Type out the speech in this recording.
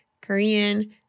Korean